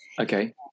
Okay